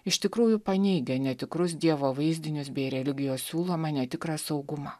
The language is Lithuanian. iš tikrųjų paneigia netikrus dievo vaizdinius bei religijos siūlomą netikrą saugumą